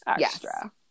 extra